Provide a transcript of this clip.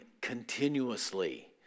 continuously